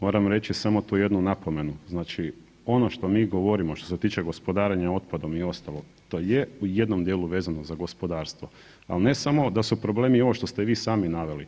Moram reći samo tu jednu napomenu, znači ono što mi govorimo što se tiče gospodarenja otpadom i ostalo i to je u jednom dijelom vezano uz gospodarstvo, al ne samo da su problemi i ovo što ste vi sami naveli,